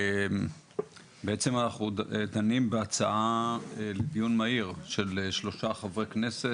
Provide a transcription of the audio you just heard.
אנחנו בעצם דנים בהצעה לדיון מהיר של שלושה חברי כנסת,